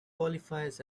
qualifies